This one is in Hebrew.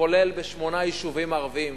כולל בשמונה יישובים ערביים,